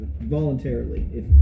voluntarily